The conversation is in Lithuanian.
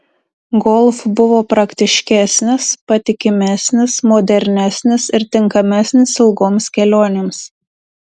golf buvo praktiškesnis patikimesnis modernesnis ir tinkamesnis ilgoms kelionėms